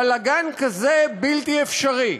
בלגן כזה בלתי אפשרי,